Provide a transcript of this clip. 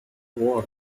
war